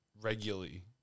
regularly